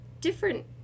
different